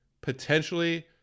potentially